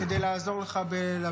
לא, רק כדי לעזור לך להבין.